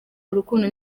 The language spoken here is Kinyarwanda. urukundo